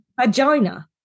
Vagina